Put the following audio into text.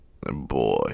Boy